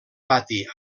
pati